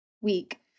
week